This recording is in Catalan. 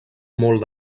molt